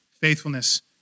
faithfulness